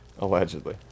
Allegedly